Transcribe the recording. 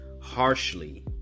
harshly